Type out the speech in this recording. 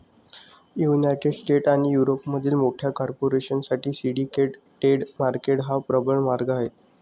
United States आणि युरोपमधील मोठ्या कॉर्पोरेशन साठी सिंडिकेट डेट मार्केट हा प्रबळ मार्ग आहे